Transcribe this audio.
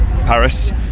Paris